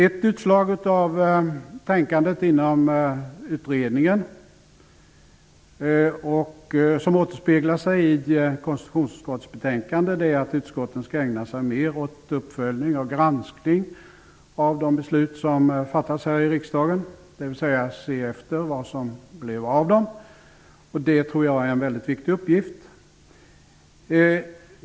Ett utslag av tänkandet inom utredningen som återspeglas i konstitutionsutskottets betänkande är att utskotten skall ägna sig mer åt uppföljning och granskning av de beslut som fattas här i riksdagen, dvs. se efter vad det blev av dem. Det tror jag är en väldigt viktig uppgift.